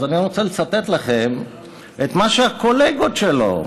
אז אני רוצה לצטט לכם את מה שהקולגות שלו,